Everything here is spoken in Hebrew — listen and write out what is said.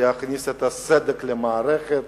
להכניס את הסדק במערכת,